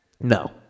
No